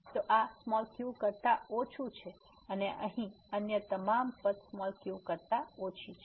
તો આ q કરતા ઓછું છે અને અહીં અન્ય તમામ પદ q થી ઓછી છે